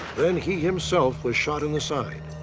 then he himself was shot in the side.